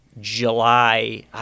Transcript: July